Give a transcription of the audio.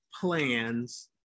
Plans